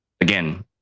again